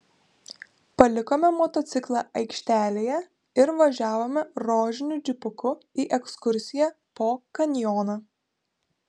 palikome motociklą aikštelėje ir važiavome rožiniu džipuku į ekskursiją po kanjoną